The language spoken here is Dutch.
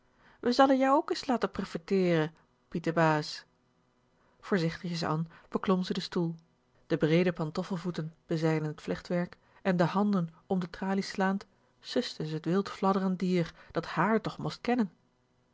we salle jou ook is late profiteere pietebaas voorzichtigjes an beklom ze den stoel de breede pantoffelvoeten bezijden t vlechtwerk en de handen om de tralies slaand suste ze t wildfladderend dier dat hààr toch most kennen